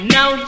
Now